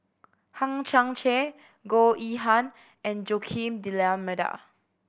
Hang Chang Chieh Goh Yihan and Joaquim D'Almeida